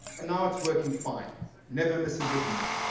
and now it's working fine never misses a beat.